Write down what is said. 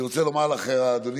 אני רוצה לומר לך אדוני,